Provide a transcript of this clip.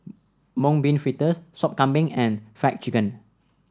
Mung Bean Fritters Sop Kambing and Fried Chicken